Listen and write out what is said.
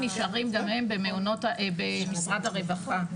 נשארים גם הם במשרד הרווחה,